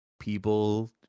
People